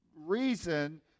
reason